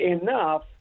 enough